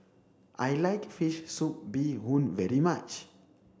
I like fish soup Bee Hoon very much